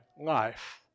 life